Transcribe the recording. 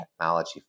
technology